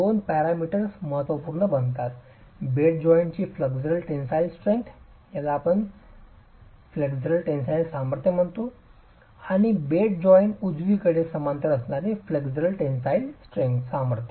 दोन पॅरामीटर्स महत्त्वपूर्ण बनतात बेड जॉइंटची फ्लेक्सुरल टेन्सिल सामर्थ्य आणि बेड जॉइंट उजवीकडे समांतर असणारी फ्लेक्सुरल टेन्सिल सामर्थ्य